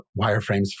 wireframes